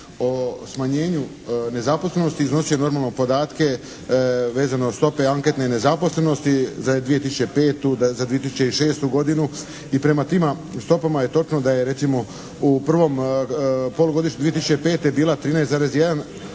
o smanjenju nezaposlenosti iznosio je normalno podatke vezano uz stope ankete nezaposlenosti za 2005., za 2006. godinu i prema stopama je točno da je recimo u prvom polugodištu 2005. bila 13,1